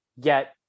get